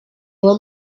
want